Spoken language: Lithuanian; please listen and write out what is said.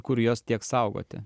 kur juos tiek saugoti